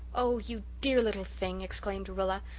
oh, you dear little thing! exclaimed rilla.